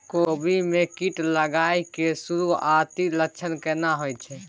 कोबी में कीट लागय के सुरूआती लक्षण केना होय छै